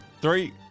Three